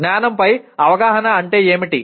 జ్ఞానంపై అవగాహన అంటే ఏమిటి